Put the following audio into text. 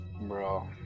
Bro